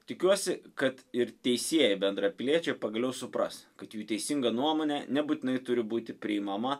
tikiuosi kad ir teisieji bendrapiliečiai pagaliau supras kad jų teisinga nuomonė nebūtinai turi būti priimama